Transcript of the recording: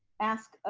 ask,